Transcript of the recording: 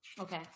Okay